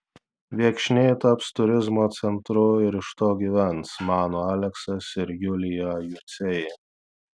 viekšniai taps turizmo centru ir iš to gyvens mano aleksas ir julija juciai